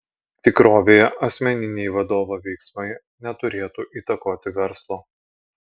tikrovėje asmeniniai vadovo veiksmai neturėtų įtakoti verslo